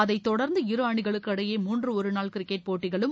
அதைத்தொடர்ந்து இரு அணிகளுக்கு இடையே மூன்று ஒருநாள் கிரிக்கெட் போட்டிகளும்